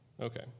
Okay